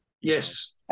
yes